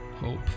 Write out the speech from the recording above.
hope